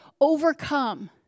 overcome